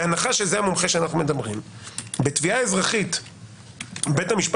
בהנחה שזה המומחה שאנחנו מדברים עליו בתביעה אזרחית בית המשפט